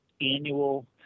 annual